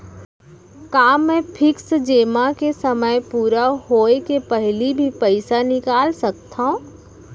का मैं फिक्स जेमा के समय पूरा होय के पहिली भी पइसा निकाल सकथव?